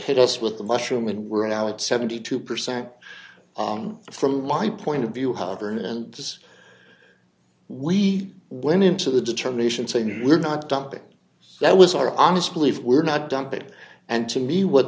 hit us with the mushroom and we're now at seventy two percent on from my point of view however and this we went into the determination saying we're not dumping that was our honest belief we're not dump it and to me what